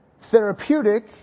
Therapeutic